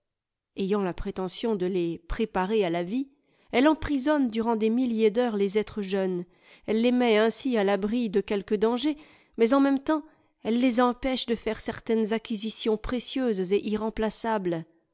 ayant la prétention de les préparer à la vie elle emprisonne durant des milliers d'heures les êtres jeunes elles les met ainsi à l'abri de quelques dangers mais en même temps elle les empêche de faire certaines acquisitions précieuses et irremplaçables